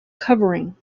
covering